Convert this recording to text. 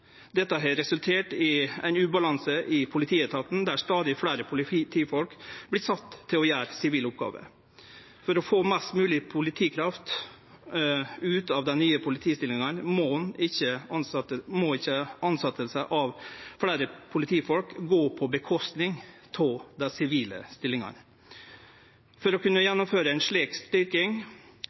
Dette har resultert i ein ubalanse i politietaten, der stadig fleire politifolk vert sette til å gjere sivile oppgåver. For å få mest mogleg politikraft ut av dei nye politistillingane må ikkje tilsetjing av fleire politifolk skje på kostnad av dei sivile stillingane. For å kunne gjennomføre ei slik styrking